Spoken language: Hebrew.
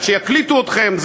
ועד שיקליטו אתכם,